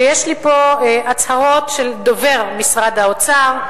ויש לי פה הצהרות של דובר משרד האוצר,